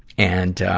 and,